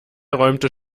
räumte